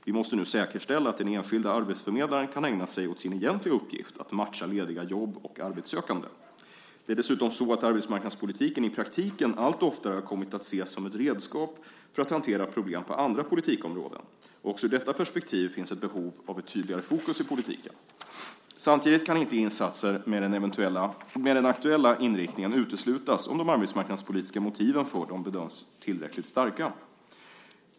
Vi måste nu säkerställa att den enskilde arbetsförmedlaren kan ägna sig åt sin egentliga uppgift att matcha lediga jobb och arbetssökande. Det är dessutom så att arbetsmarknadspolitiken i praktiken allt oftare har kommit att ses som ett redskap för att hantera problem på andra politikområden. Också ur detta perspektiv finns ett behov av ett tydligare fokus i politiken. Samtidigt kan inte insatser med den aktuella inriktningen uteslutas om de arbetsmarknadspolitiska motiven för dem bedöms tillräckligt starka.